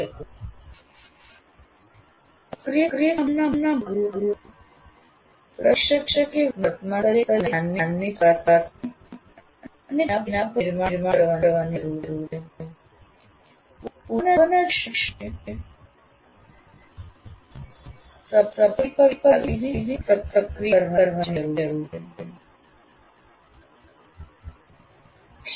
સક્રિયકરણના ભાગ રૂપે પ્રશિક્ષકે વર્તમાન સ્તરે જ્ઞાનને ચકસવાની અને તેના પર નિર્માણ કરવાની જરૂર છે પૂર્વના શિક્ષણને સપાટી પર લાવીને સક્રિય કરવાની જરૂર છે